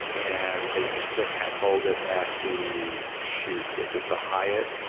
and they used to hold it at the shoot! is it the hyatt?